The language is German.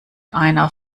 einer